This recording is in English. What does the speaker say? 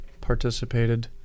participated